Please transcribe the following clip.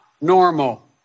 normal